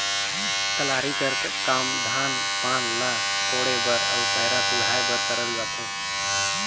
कलारी कर काम धान पान ल कोड़े बर पैरा कुढ़ाए बर करल जाथे